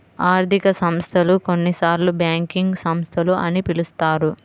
ఆర్థిక సంస్థలు, కొన్నిసార్లుబ్యాంకింగ్ సంస్థలు అని పిలుస్తారు